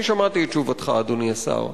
אני שמעתי את תשובתך, אדוני השר,